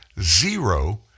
zero